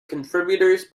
contributors